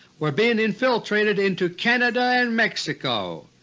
were being infiltrated into canada and mexico.